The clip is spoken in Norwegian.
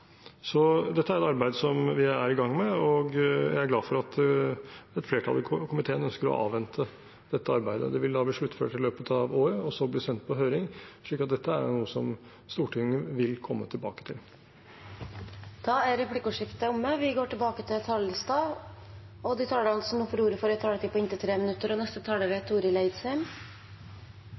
Så dette er et arbeid som vi er i gang med, og jeg er glad for at et flertall i komiteen ønsker å avvente dette arbeidet. Det vil bli sluttført i løpet av året, og så bli sendt på høring, så dette er noe som Stortinget vil komme tilbake til. Replikkordskiftet er omme. De talerne som heretter får ordet, har også en taletid på inntil 3 minutter. Eg er heilt einig i at det er